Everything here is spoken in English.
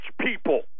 people